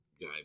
guy